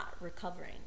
recovering